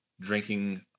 drinking